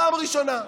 פעם ראשונה.